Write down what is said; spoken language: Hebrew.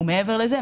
ומעבר לזה,